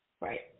right